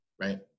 right